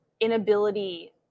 inability